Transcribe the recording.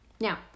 Now